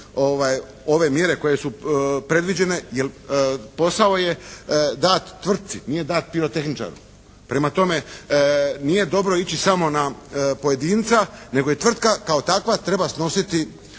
ove mjere koje su predviđene jer posao je dat tvrtci. Nije dat pirotehničaru. Prema tome nije dobro ići samo na pojedinca nego i tvrtka kao takva treba snositi